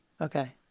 okay